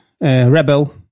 Rebel